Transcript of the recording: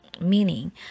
meaning